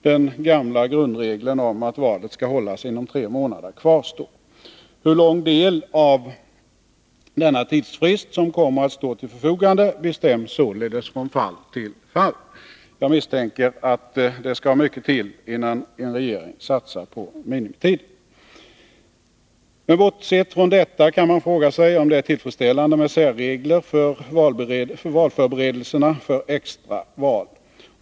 Den gamla grundregeln om att valet skall hållas inom tre månader kvarstår. Hur stor del av denna tidsfrist som kommer att stå till förfogande bestäms således från fall till fall. Jag misstänker att det skall mycket till, innan en regering satsar på minimitiden. Men bortsett från detta kan man fråga sig om det är tillfredsställande med särregler för valförberedelserna för extra val.